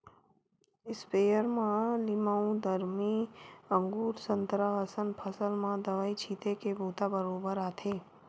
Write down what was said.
sprayer म लीमउ, दरमी, अगुर, संतरा असन फसल म दवई छिते के बूता बरोबर आथे